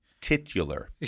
Titular